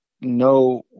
no